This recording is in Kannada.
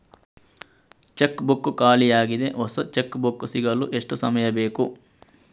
ಚೆಕ್ ಬುಕ್ ಖಾಲಿ ಯಾಗಿದೆ, ಹೊಸ ಚೆಕ್ ಬುಕ್ ಸಿಗಲು ಎಷ್ಟು ಸಮಯ ಬೇಕು?